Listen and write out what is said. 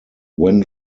when